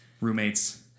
roommates